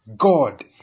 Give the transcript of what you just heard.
God